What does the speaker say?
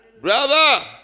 Brother